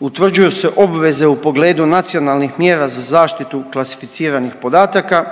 Utvrđuju se obveze u pogledu nacionalnih mjera za zaštitu klasificiranih podataka,